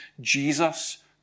Jesus